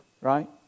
right